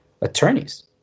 attorneys